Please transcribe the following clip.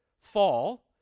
fall